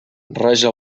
raja